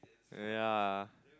ya